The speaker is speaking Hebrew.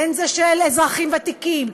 של אזרחים ותיקים,